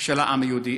של העם היהודי.